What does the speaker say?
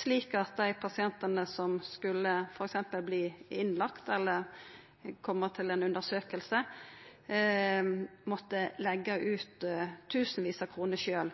slik at dei pasientane som skulle f.eks. verta innlagde eller koma til ei undersøking, måtte leggja ut tusenvis av kroner